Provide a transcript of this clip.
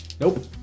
Nope